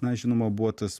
na žinoma buvo tas